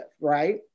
right